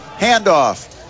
handoff